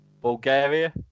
Bulgaria